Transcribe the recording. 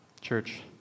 Church